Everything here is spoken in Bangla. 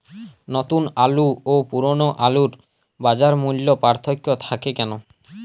নতুন আলু ও পুরনো আলুর বাজার মূল্যে পার্থক্য থাকে কেন?